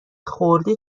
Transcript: خورده